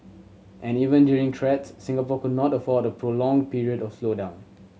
and even during threats Singapore could not afford a prolonged period of slowdown